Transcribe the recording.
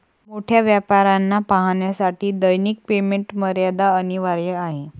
मोठ्या व्यापाऱ्यांना पाहण्यासाठी दैनिक पेमेंट मर्यादा अनिवार्य आहे